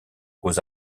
aux